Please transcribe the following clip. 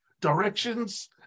directions